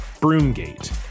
Broomgate